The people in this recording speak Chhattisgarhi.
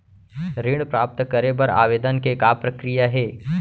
ऋण प्राप्त करे बर आवेदन के का प्रक्रिया हे?